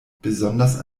besonders